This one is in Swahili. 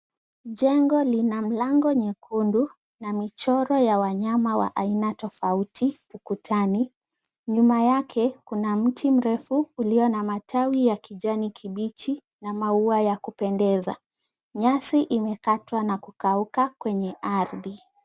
Jengo lina mlango nyekundu na michoro ya wanyama aina tofauti ukutani. Nyuma yake, kuna mti mrefu ulio na matawi ya kijani kibichi na maua ya kupendeza. Nyasi imekatwa na kukauka kwenye ardhi.